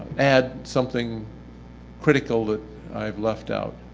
add something critical that i've left out.